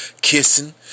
kissing